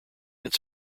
its